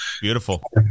beautiful